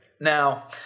Now